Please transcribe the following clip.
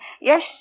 Yes